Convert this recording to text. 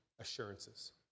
assurances